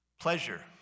Pleasure